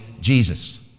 Jesus